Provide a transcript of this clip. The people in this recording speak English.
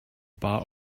bar